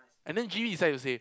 and then G decide to say